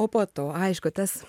o po to aišku tas